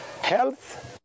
health